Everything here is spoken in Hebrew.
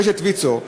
רשת ויצו,